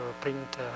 print